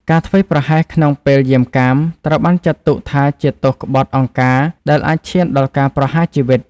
ការធ្វេសប្រហែសក្នុងពេលយាមកាម ត្រូវបានចាត់ទុកថាជាទោសក្បត់អង្គការដែលអាចឈានដល់ការប្រហារជីវិត។